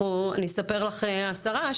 אני אספר לך השרה,